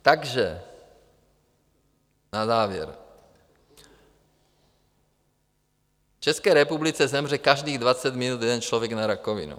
Takže na závěr: V České republice zemře každých 20 minut jeden člověk na rakovinu.